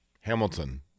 Hamilton